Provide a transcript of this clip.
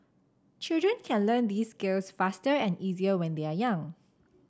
children can learn these skills faster and easier when they are young